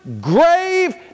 grave